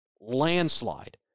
Landslide